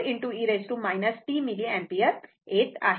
24 e t milliampere येत आहे